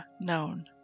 known